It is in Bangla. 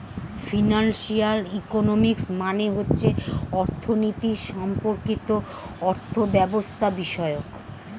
ফিনান্সিয়াল ইকোনমিক্স মানে হচ্ছে অর্থনীতি সম্পর্কিত অর্থব্যবস্থাবিষয়ক